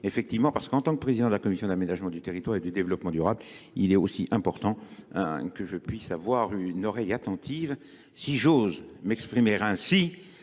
effectivement parce qu'en tant que président de la commission d'aménagement du territoire et du développement durable il est aussi important que je puisse avoir une oreille attentive si j'ose m'exprimer ainsi